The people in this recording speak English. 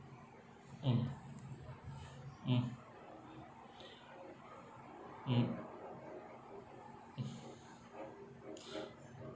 mm mm mm